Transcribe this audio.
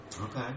Okay